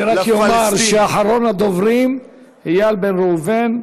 אני רק אומר שאחרון הדוברים, איל בן ראובן.